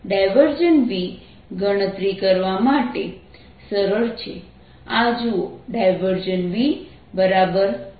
Vગણતરી કરવા માટે સરળ છે આ જુઓ